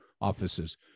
offices